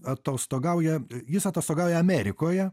atostogauja jis atostogauja amerikoje